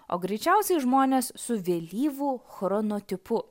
o greičiausiai žmonės su vėlyvu chronotipu